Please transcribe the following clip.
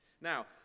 Now